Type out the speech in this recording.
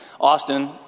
Austin